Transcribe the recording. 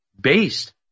based